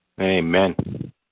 Amen